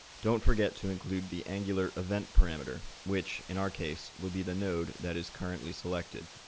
don't forget to include the angular event parameter, which, in our case, will be the node that is currently selected.